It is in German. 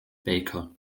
baker